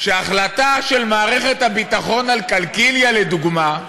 שהחלטה של מערכת הביטחון על קלקיליה, לדוגמה,